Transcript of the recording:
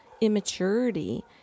immaturity